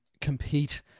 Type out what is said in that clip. compete